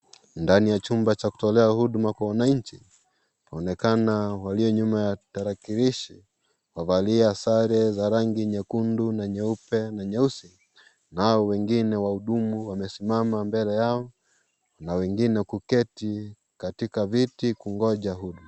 Ndani ya chumba cha kutolea huduma kwa wananchi ,paonekana walio nyuma ya tarakilishi, wavalia sare za rangi nyekundu na nyeupe na nyeusi nao wengine wahudumu wamesimama mbele yao na wengine kuketi katika viti kungoja huduma.